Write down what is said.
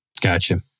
Gotcha